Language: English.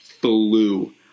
flew